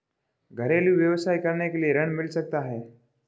घरेलू व्यवसाय करने के लिए ऋण मिल सकता है?